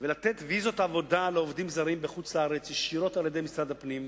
ולתת ויזות עבודה לעובדים זרים בחוץ-לארץ ישירות על-ידי משרד הפנים,